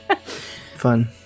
Fun